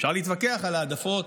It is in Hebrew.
אפשר להתווכח על העדפות,